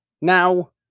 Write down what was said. Now